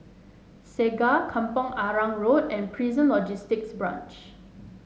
Segar Kampong Arang Road and Prison Logistic Branch